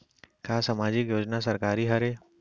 का सामाजिक योजना सरकारी हरे?